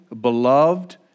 beloved